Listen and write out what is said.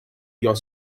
your